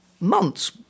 months